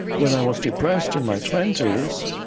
when i was depressed in my twenty s,